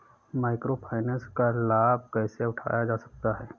Micro finance का लाभ कैसे उठाया जा सकता है?